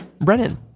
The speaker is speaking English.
Brennan